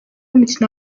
umukino